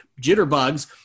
jitterbugs